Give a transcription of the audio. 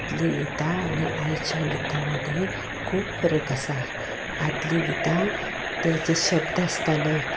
आदलें गितां आनी आयचें गितां मदें खूब फरक आसा आदलीं गितां तें जें शब्द आसतालें